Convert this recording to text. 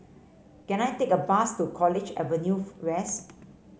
can I take a bus to College Avenue West